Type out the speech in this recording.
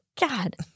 God